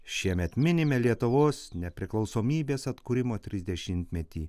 šiemet minime lietuvos nepriklausomybės atkūrimo trisdešimtmetį